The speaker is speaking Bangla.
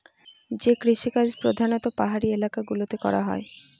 যে কৃষিকাজ প্রধানত পাহাড়ি এলাকা গুলোতে করা হয়